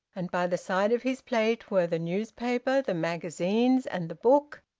and by the side of his plate were the newspaper, the magazines, and the book,